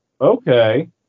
Okay